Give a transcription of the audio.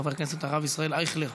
חבר הכנסת הרב ישראל אייכלר,